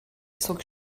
zog